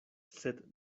sed